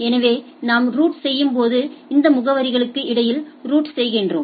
எனவே நாம் ரூட் செய்யும் போது இந்த முகவரிகளுக்கு இடையில் ரூட் செய்கிறோம்